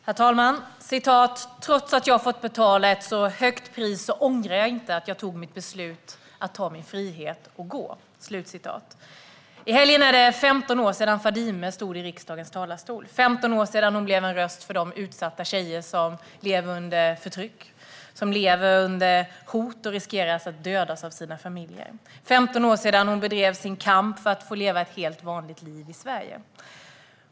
Herr talman! "Trots att jag fått betala ett så högt pris så ångrar jag inte att jag tog mitt beslut att ta min frihet och gå." I helgen är det 15 år sedan Fadime stod i riksdagens talarstol. Det är 15 år sedan hon blev en röst för de utsatta tjejer som lever under förtryck och hot och riskerar att dödas av sina familjer. Det är 15 år sedan hon bedrev sin kamp för att få leva ett helt vanligt liv i Sverige.